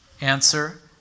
Answer